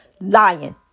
lying